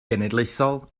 genedlaethol